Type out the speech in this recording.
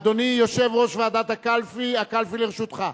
אדוני, יושב-ראש ועדת הקלפי, הקלפי לרשותך.